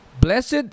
Blessed